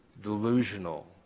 delusional